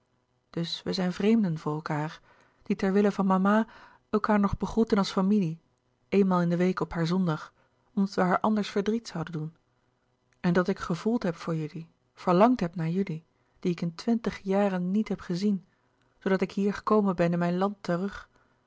dus wij zijn vreemden voor elkaâr die ter wille van mama elkaâr nog begroeten als familie eenmaal in de week op haar zondag omdat wij haar anders verdriet zouden doen en dat ik gevoeld heb voor jullie verlangd heb naar jullie die ik in twintig jaren niet heb gezien zoodat ik hier gekomen ben in mijn land terug